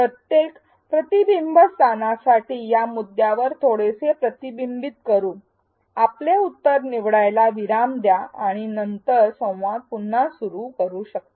प्रत्येक प्रतिबिंबस्थाना साठी या मुद्द्यावर थोडेसे प्रतिबिंबित करू आपले उत्तर निवडायला विराम द्या नंतर शिक्षण संवाद पुन्हा सुरू करा